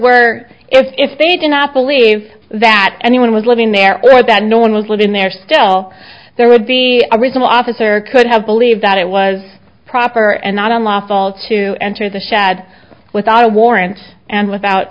were if they did not believe that anyone was living there or that no one was living there still there would be a reasonable officer could have believed that it was proper and not unlawful to enter the shad without a warrant and without